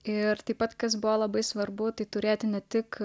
ir taip pat kas buvo labai svarbu tai turėti ne tik